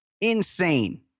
Insane